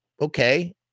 okay